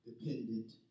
dependent